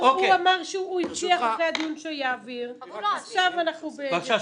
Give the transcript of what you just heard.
הוא הבטיח אחרי הדיון שהוא יעביר ועכשיו אנחנו --- אוקיי,